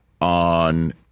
on